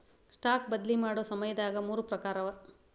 stock ಬದ್ಲಿ ಮಾಡೊ ಸಮಯದಾಗ ಮೂರ್ ಪ್ರಕಾರವ